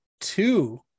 two